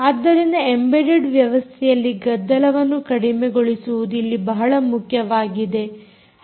ಆದ್ದರಿಂದ ಎಂಬೆಡೆಡ್ ವ್ಯವಸ್ಥೆಯಲ್ಲಿ ಗದ್ದಲವನ್ನು ಕಡಿಮೆಗೊಳಿಸುವುದು ಇಲ್ಲಿ ಬಹಳ ಮುಖ್ಯವಾಗಿದೆ